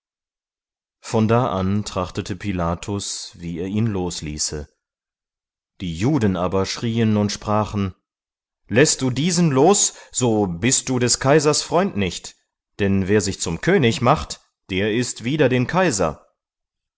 von da an trachtete pilatus wie er ihn losließe die juden aber schrieen und sprachen läßt du diesen los so bist du des kaisers freund nicht denn wer sich zum könig macht der ist wider den kaiser